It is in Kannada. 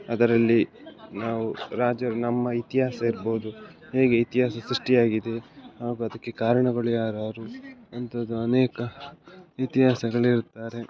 ಅದರಲ್ಲಿ ನಾವು ರಾಜರು ನಮ್ಮ ಇತಿಹಾಸ ಇರ್ಬೋದು ಹೇಗೆ ಇತಿಹಾಸ ಸೃಷ್ಟಿಯಾಗಿದೆ ಹಾಗು ಅದಕ್ಕೆ ಕಾರಣಗಳು ಯಾರು ಯಾರು ಅಂತದು ಅನೇಕ ರೀತಿಯ ಇರುತ್ತಾರೆ